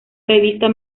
revista